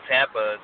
Tampa